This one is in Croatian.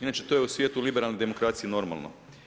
Inače, to je u svijetu liberalne demokracije normalno.